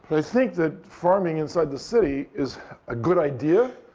they think that farming inside the city is a good idea.